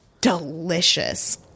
delicious